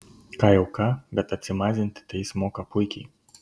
ką jau ką bet atsimazinti tai jis moka puikiai